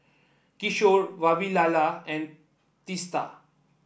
Kishore Vavilala and Teesta